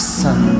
sun